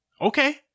okay